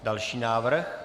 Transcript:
Další návrh.